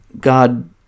God